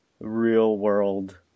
real-world